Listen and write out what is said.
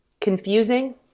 confusing